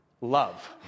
Love